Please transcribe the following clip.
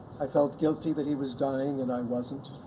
i felt guilty that he was dying and i wasn't.